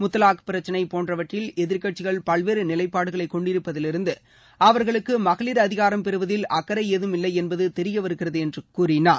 முத்தவாக் பிரச்சனைப் போன்றவற்றில் எதிர்கட்சிகள் பல்வேறு நிலைப்பாடுகளை கொண்டிருப்பதிலிருந்து அவா்களுக்கு மகளிா் அதிகாரம் பெருவதில் அக்கறை ஏதும் இல்லை என்பது தெரிய வருகிறது என்று கூறினார்